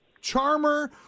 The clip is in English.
charmer